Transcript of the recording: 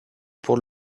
pour